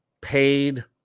paid